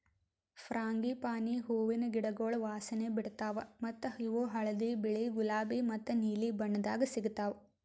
frangipani ಹೂವಿನ ಗಿಡಗೊಳ್ ವಾಸನೆ ಬಿಡ್ತಾವ್ ಮತ್ತ ಇವು ಹಳದಿ, ಬಿಳಿ, ಗುಲಾಬಿ ಮತ್ತ ನೀಲಿ ಬಣ್ಣದಾಗ್ ಸಿಗತಾವ್